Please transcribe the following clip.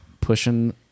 pushing